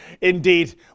Indeed